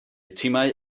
timau